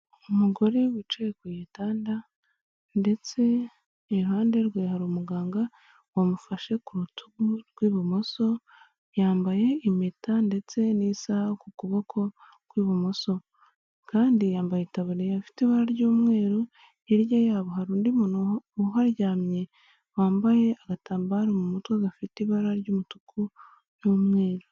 Umugore wicaye ku gitanda ndetse iruhande rwe hari umuganga wamufashe ku rutugu rw'ibumoso yambaye impeta ndetse n'isaha ku kuboko kw'ibumoso kandi yambaye itaburiya ifite ibara ry'umweru hirya yabo hari undi muntu uharyamye wambaye agatambaro mu mutwe gafite ibara ry'umutuku n'umweru.